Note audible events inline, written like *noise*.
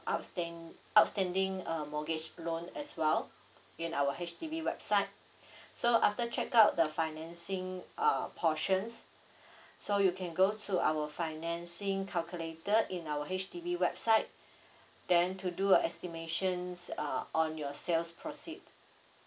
outstand~ outstanding uh mortgage loan as well or in our H_D_B website *breath* so after check out the financing uh portions so you can go to our financing calculator in our H_D_B website then to do a estimation uh on your sales proceed